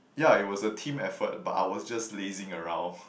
yeah it was a team effort but I was just lazying around